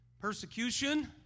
persecution